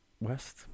West